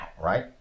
right